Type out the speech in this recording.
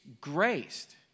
graced